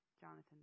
Jonathan